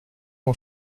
mon